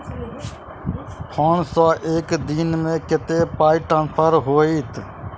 Phone सँ एक दिनमे कतेक पाई ट्रान्सफर होइत?